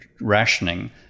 rationing